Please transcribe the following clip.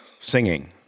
singing